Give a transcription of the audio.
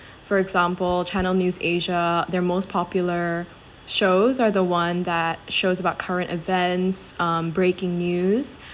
for example channel news asia their most popular shows are the one that shows about current events um breaking news